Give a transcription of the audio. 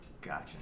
Gotcha